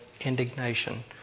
indignation